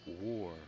War